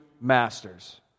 masters